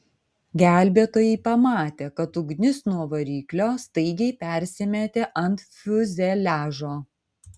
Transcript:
gelbėtojai pamatė kad ugnis nuo variklio staigiai persimetė ant fiuzeliažo